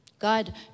God